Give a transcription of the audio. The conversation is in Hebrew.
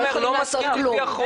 רגע, רגע.